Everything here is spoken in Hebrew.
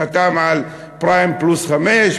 חתם על פריים פלוס 5,